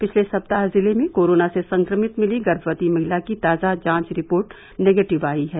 पिछले सप्ताह जिले में कोरोना से संक्रमित मिली गर्भवती महिला की ताजा जांच रिपोर्ट निगेटिव आयी है